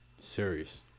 serious